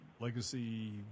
legacy